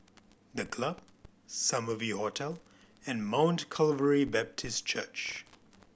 The Club Summer View Hotel and Mount Calvary Baptist Church